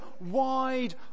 wide